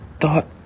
thought